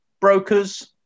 brokers